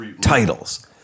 titles